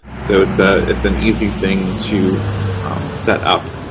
so it's ah it's an easy thing to set up.